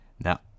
Now